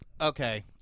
okay